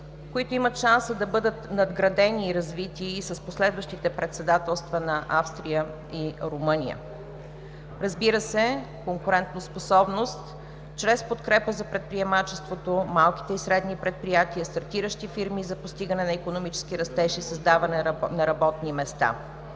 които имат шанса да бъдат надградени и развити и с последващите председателства на Австрия и Румъния. Разбира се, конкурентоспособност чрез подкрепа за предприемачеството, малките и средни предприятия, стартиращи фирми за постигане на икономически растеж и създаване на работни места.